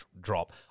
drop